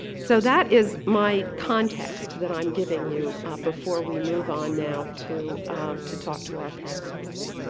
so that is my context that i'm giving you before we move on now to to talk to our panelists.